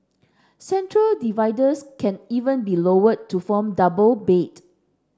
central dividers can even be lowered to form double bed